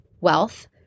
wealth